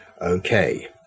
okay